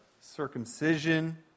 circumcision